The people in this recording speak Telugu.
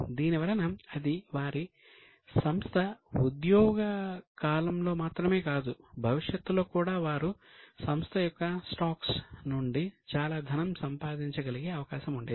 దీనివలన అది వారి సంస్థ ఉద్యోగ కాలంలో మాత్రమే కాదు భవిష్యత్తులో కూడా వారు సంస్థ యొక్క స్టాక్స్ నుండి చాలా ధనం సంపాదించగలిగే అవకాశం ఉండేది